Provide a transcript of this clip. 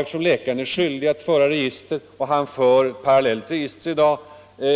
Eftersom läkarna är skyldiga att föra register och i dag för ett parallellt register